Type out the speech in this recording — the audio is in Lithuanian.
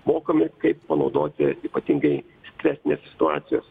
mokomi kaip panaudoti ypatingai stresinėse situacijose